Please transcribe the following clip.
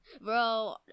Bro